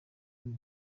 iki